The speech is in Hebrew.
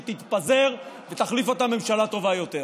שתתפזר ותחליף אותה ממשלה טובה יותר.